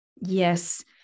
Yes